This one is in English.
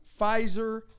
Pfizer